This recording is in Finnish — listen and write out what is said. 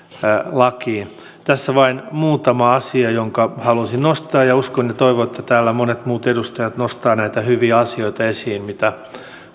lakiin tässä vain muutama asia jotka halusin nostaa uskon ja toivon että täällä monet muut edustajat nostavat näitä hyviä asioita esiin mitä